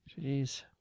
Jeez